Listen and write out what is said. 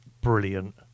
brilliant